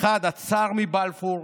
האחד הצאר מבלפור,